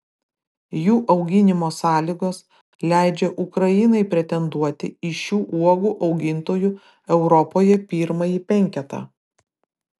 jų auginimo sąlygos leidžia ukrainai pretenduoti į šių uogų augintojų europoje pirmąjį penketą